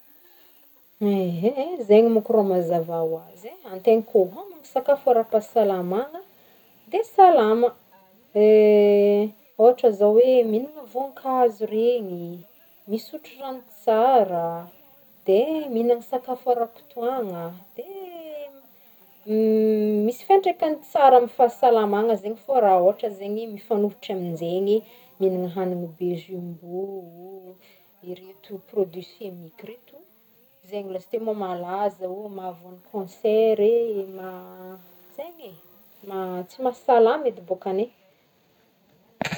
Ehe, zegny mô koa rô mazava hoazy e, antegna koa homagny sakafo ara-pahasalamagna de salama ohatra zao hoe minagna vônkazo regny, misotro ragno tsara, de minagny sakafo ara-potoagna, de misy fiantraikagny tsara amy fahasalamagna zegny fô ra ohatra zegny mifanohitra amy zegny minagny hagny be jumbo ô, reto produits chimiques reto, zegny lasiteo mô malaza ô mahavoan'ny cancer e, ma- zegny e, tsy mahasalama edy bôkany e.